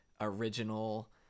original